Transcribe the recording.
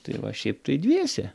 tai va šiaip tai dviese